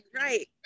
right